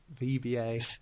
VBA